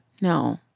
No